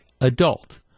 adult